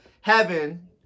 heaven